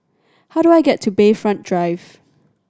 how do I get to Bayfront Drive